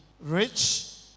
rich